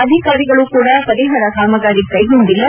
ಅಧಿಕಾರಿಗಳು ಕೂಡ ಪರಿಹಾರ ಕಾಮಗಾರಿ ಕೈಗೊಂಡಿಲ್ಲ